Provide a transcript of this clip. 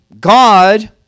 God